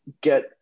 get